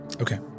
Okay